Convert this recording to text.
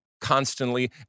constantly